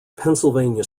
pennsylvania